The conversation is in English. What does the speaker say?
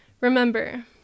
Remember